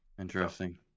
Interesting